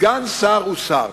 סגן שר הוא שר,